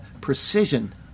precision